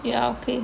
ya okay